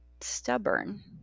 stubborn